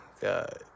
God